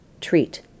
treat